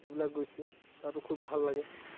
এইবিলাক গৈছোঁ তাতো খুউব ভাল লাগে